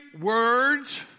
words